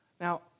Now